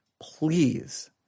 Please